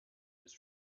his